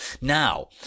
Now